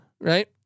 right